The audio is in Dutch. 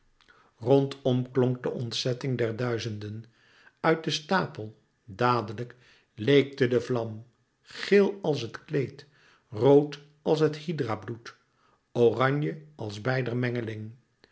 rondom klonk de ontzetting der duizenden uit den stapel dadelijk leekte de vlam geel als het kleed rood als het hydrabloed oranje als beider mengeling